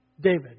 David